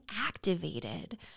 activated